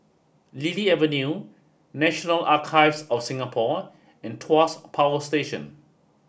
Lily Avenue National Archives of Singapore and Tuas Power Station